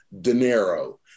dinero